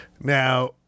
Now